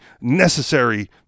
necessary